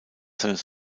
seines